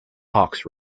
hawkes